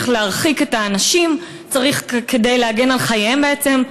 צריך להרחיק את האנשים כדי להגן על חייהם בעצם,